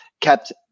kept